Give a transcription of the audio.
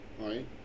right